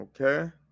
okay